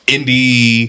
Indie